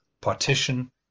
partition